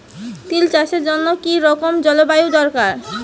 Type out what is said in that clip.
তিল চাষের জন্য কি রকম জলবায়ু দরকার?